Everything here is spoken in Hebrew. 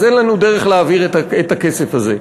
אז אין לנו דרך להעביר את הכסף הזה,